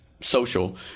social